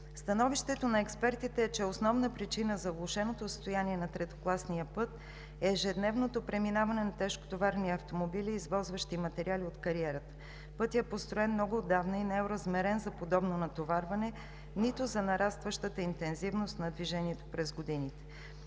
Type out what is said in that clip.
Становището на експертите е, че основна причина за влошеното състояние на третокласния път е ежедневното преминаване на тежкотоварни автомобили, извозващи материали от кариерата. Пътят е построен много отдавна и не е оразмерен за подобно натоварване, нито за нарастващата интензивност на движението през годините.